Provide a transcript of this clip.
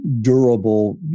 durable